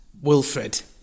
Wilfred